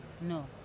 no